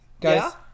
guys